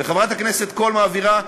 וחברת הכנסת קול מעבירה חוקים,